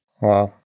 Wow